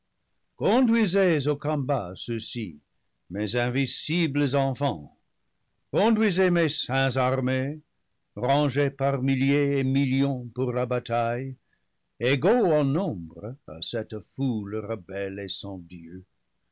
combat ceux-ci mes invincibles enfants conduisez mes saints armés rangés par milliers et millions pour la bataille égaux en nombre à cette foule rebelle et sans dieu